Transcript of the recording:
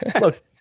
look